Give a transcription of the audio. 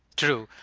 true.